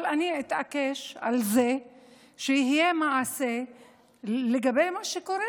אבל אני אתעקש על זה שיהיה מעשה לגבי מה שקורה.